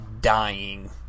dying